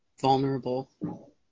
vulnerable